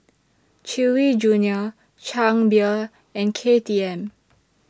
Chewy Junior Chang Beer and K T M